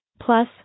Plus